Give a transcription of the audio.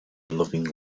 loving